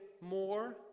more